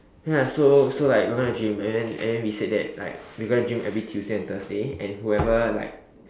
ya so so like we gonna gym and then and then we said that like we gonna gym every Tuesday and Thursday and whoever like